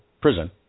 prison